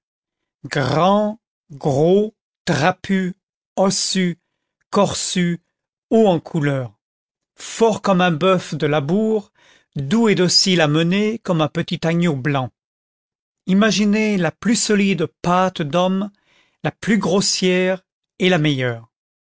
grand gros trapu ossu corsu haut en couleur fort comme un bœuf de labour doux et facile à mener comme un petit agneau blanc imaginez la plus solide pâte d'homme la plus grossière et la meilleure